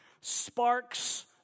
sparks